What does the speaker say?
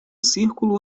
círculo